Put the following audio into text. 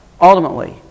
Ultimately